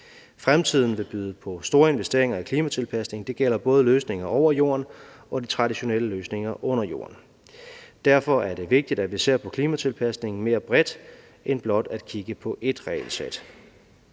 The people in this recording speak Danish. Fremtiden vil byde på store investeringer i klimatilpasning – det gælder både løsninger over jorden og de traditionelle løsninger under jorden. Derfor er det vigtigt, at vi ser på klimatilpasningen mere bredt end blot at kigge på ét regelsæt.